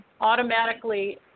automatically